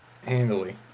Handily